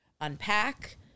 unpack